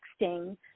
texting